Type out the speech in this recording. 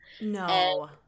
No